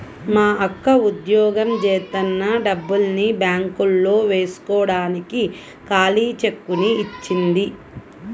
మా అక్క ఉద్యోగం జేత్తన్న డబ్బుల్ని బ్యేంకులో వేస్కోడానికి ఖాళీ చెక్కుని ఇచ్చింది